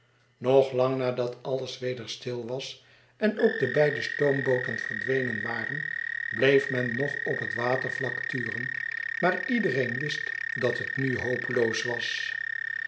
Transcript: nog lang nadat alles weder stil was en ook de beide stoombooten verciwenen waren bleef men nog op het watervlak turen maar iedereen wist dat het nu hopeloos was